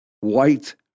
white